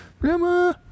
grandma